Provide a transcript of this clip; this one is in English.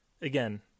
again